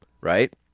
right